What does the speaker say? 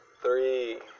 three